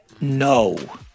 No